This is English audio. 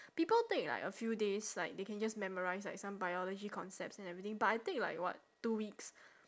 people take like a few days like they can just memorise like some biology concepts and everything but I take like what two weeks